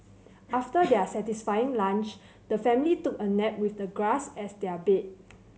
after their satisfying lunch the family took a nap with the grass as their bed